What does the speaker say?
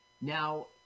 Now